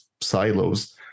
silos